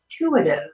intuitive